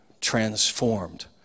transformed